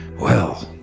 well.